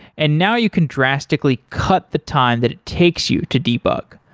and now you can drastically cut the time that it takes you to debug.